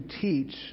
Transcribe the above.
teach